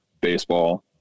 baseball